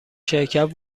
شرکت